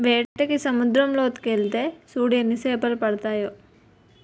ఏటకి సముద్దరం లోకెల్తే సూడు ఎన్ని పెద్ద సేపలడ్డాయో